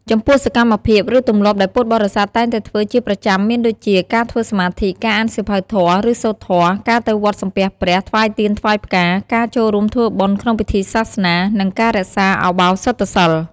ចំពោះសកម្មភាព ឬទម្លាប់ដែលពុទ្ធបរិស័ទតែងតែធ្វើជាប្រចាំមានដូចជា ការធ្វើសមាធិ ការអានសៀវភៅធម៌ ឬសូត្រធម៌ ការទៅវត្តសំពះព្រះ ថ្វាយទៀន ថ្វាយផ្កា ការចូលរួមធ្វើបុណ្យក្នុងពិធីសាសនា និងការរក្សាឧបោសថសីល។